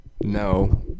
No